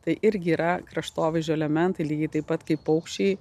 tai irgi yra kraštovaizdžio elementai lygiai taip pat kaip paukščiai